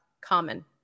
common